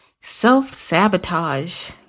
self-sabotage